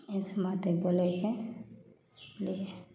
एहि सम्बन्धमे बोलैके